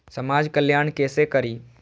समाज कल्याण केसे करी?